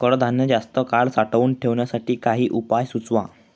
कडधान्य जास्त काळ साठवून ठेवण्यासाठी काही उपाय सुचवा?